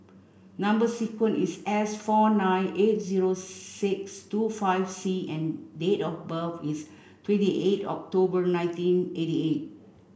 number sequence is S four nine eight zero six two five C and date of birth is twenty eight of October nineteen eighty eight